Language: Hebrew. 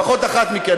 לפחות אחת מכן,